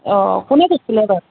অ কোনে দিছিলে বাৰু